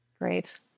Great